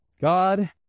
God